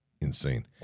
insane